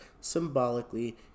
symbolically